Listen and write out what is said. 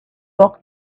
tuck